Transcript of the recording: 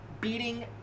beating